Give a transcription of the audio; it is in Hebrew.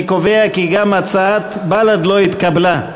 אני קובע כי גם הצעת בל"ד לא התקבלה.